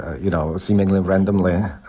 you know, seemingly randomly,